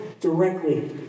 directly